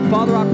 Father